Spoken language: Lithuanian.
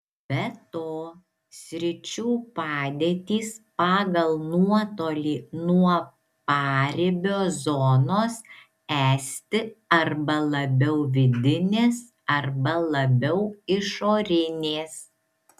be to sričių padėtys pagal nuotolį nuo paribio zonos esti arba labiau vidinės arba labiau išorinės